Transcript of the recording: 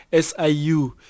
SIU